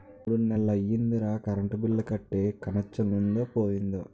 మూడ్నెల్లయ్యిందిరా current bill కట్టీ కనెచ్చనుందో పోయిందో